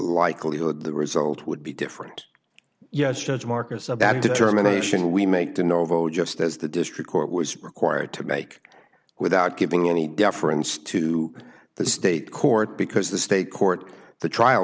likelihood the result would be different yes judge marcus about a determination we make to know though just as the district court was required to make without giving any deference to the state court because the state court the trial